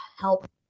help